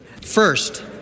First